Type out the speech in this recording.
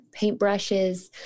paintbrushes